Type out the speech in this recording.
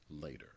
later